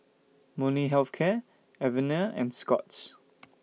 Molnylcke Health Care Avene and Scott's